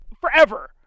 forever